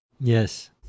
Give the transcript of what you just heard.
Yes